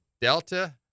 Delta